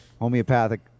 homeopathic